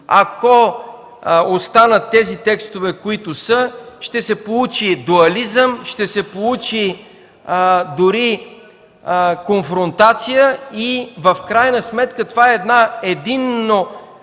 Ако останат тези текстове, които са, ще се получи дуализъм, ще се получи дори конфронтация. В крайна сметка това е единно